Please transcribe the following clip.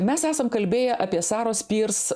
mes esam kalbėję apie saros pyrs